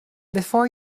before